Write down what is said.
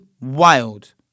wild